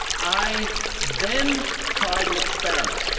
i then tried an experiment,